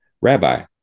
Rabbi